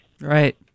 Right